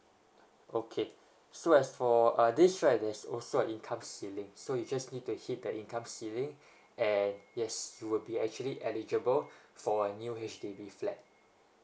okay so as for uh this right there's also income ceiling so you just need to hit that income ceiling and yes it would be actually eligible for a new H_D_B flat